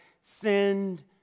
send